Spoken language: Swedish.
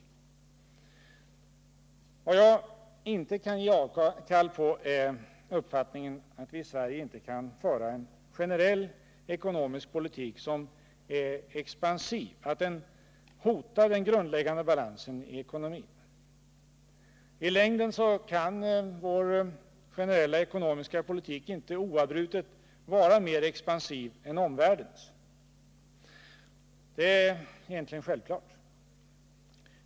Vad jag inte kan ge avkall på är bl.a. uppfattningen att vi i Sverige inte kan föra en generell ekonomisk politik som är så expansiv att den hotar den grundläggande balansen i ekonomin. I längden kan vår generella ekonomiska politik inte oavbrutet vara mer expansiv än omvärldens. Det är egentligen självklart.